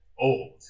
old